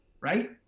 right